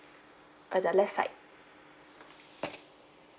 ah the left side